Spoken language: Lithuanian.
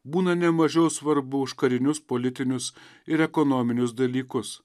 būna nemažiau svarbu už karinius politinius ir ekonominius dalykus